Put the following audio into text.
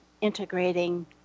integrating